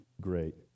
great